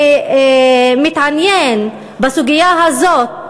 מתעניין בסוגיה הזאת,